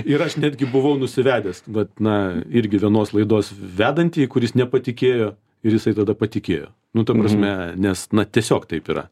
ir aš netgi buvau nusivedęs vat na irgi vienos laidos vedantįjį kuris nepatikėjo ir jisai tada patikėjo nu ta prasme nes na tiesiog taip yra